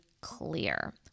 clear